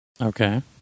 Okay